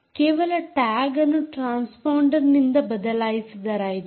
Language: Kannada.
ಕೇವಲ ಟ್ಯಾಗ್ ಅನ್ನು ಟ್ರಾನ್ಸ್ ಪಾಂಡರ್ನಿಂದ ಬದಲಿಸಿದರಾಯಿತು